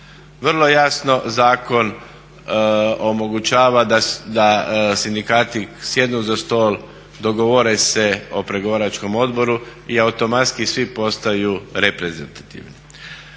Vrlo jasno zakon omogućava da sindikati sjednu za stol, dogovore se o pregovaračkom odboru i automatski svi postaju reprezentativni.